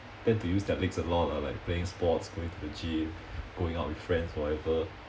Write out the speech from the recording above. tend to use their legs a lot or like playing sports going to the gym going out with friends whatever